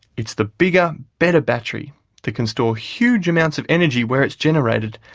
it's the bigger, better battery that can store huge amounts of energy where it's generated,